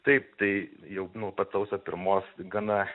taip tai jau nuo pat sausio pirmos gana